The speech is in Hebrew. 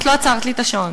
את לא עצרת לי את השעון.